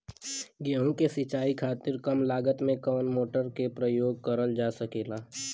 गेहूँ के सिचाई खातीर कम लागत मे कवन मोटर के प्रयोग करल जा सकेला?